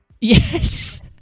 Yes